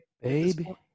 Baby